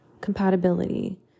Compatibility